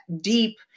deep